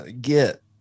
get